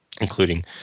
including